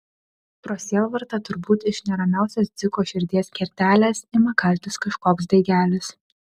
pro sielvartą turbūt iš neramiausios dziko širdies kertelės ima kaltis kažkoks daigelis